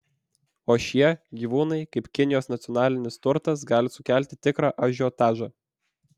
o šie gyvūnai kaip kinijos nacionalinis turtas gali sukelti tikrą ažiotažą